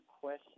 question